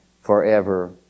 forever